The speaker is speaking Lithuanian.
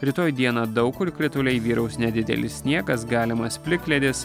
rytoj dieną daug kur krituliai vyraus nedidelis sniegas galimas plikledis